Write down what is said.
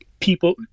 people